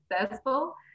successful